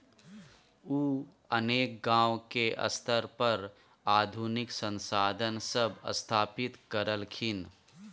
उ अनेक गांव के स्तर पर आधुनिक संसाधन सब स्थापित करलखिन